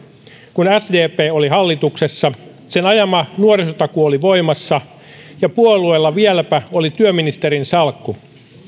kun sdp oli hallituksessa sen ajama nuorisotakuu oli voimassa ja puolueella vieläpä oli työministerin salkku